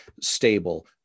stable